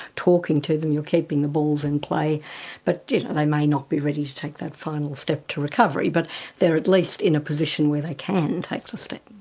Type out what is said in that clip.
talking to them you're keeping the balls in play but they may not be ready to take that final step to recovery. but they're at least in a position where they can take step.